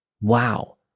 wow